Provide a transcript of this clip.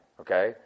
okay